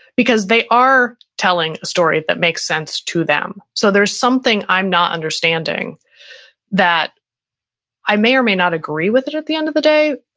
because they are telling a story that makes sense to them. so there's something, i'm not understanding that i may or may not agree with it at the end of the day,